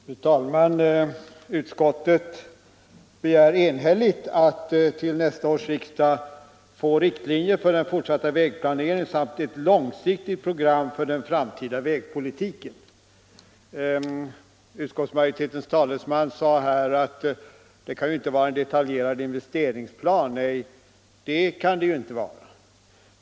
Fru talman! Utskottet begär enhälligt att till nästa års riksdag få riktlinjer för den fortsatta vägplaneringen samt ett långsiktigt program för den framtida vägpolitiken. Utskottsmajoritetens talesman sade här att det ju inte kan vara en detaljerad investeringsplan. Nej, det kan det inte vara.